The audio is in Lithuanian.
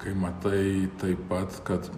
kai matai taip pat kad